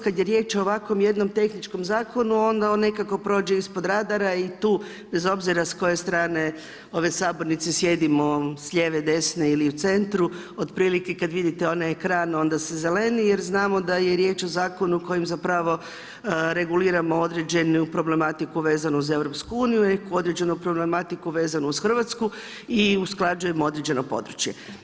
Kad je riječ o ovakvom jednom tehničkom zakon, onda on nekako prođe ispod radara i tu bez obzira s koje strane ove sabornice, s lijeve, desne ili u centru, otprilike kad vidite onaj ekran, onda se zeleni jer znamo da je riječ o zakonu kojim zapravo reguliramo određenu problematiku vezanu uz EU i određenu problematiku vezanu uz Hrvatsku i usklađujemo određeno područje.